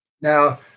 Now